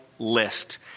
list